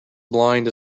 blind